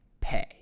pay